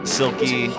silky